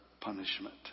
punishment